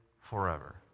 forever